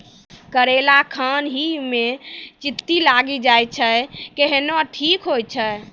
करेला खान ही मे चित्ती लागी जाए छै केहनो ठीक हो छ?